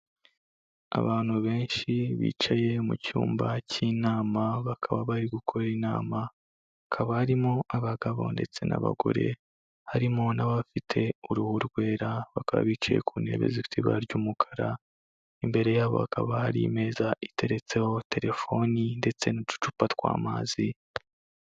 Abantu benshi bicaye mu cyumba cy'inama, bakaba bari gukora inama, hakaba harimo abagabo ndetse n'abagore, harimo n'abafite uruhu rwera, bakaba bicaye ku ntebe zifite ibara ry'umukara, imbere yabo hakaba hari imeza iteretseho telefoni ndetse n'uducupa tw'amazi.